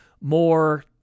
more